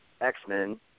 X-Men